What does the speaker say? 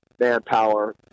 Manpower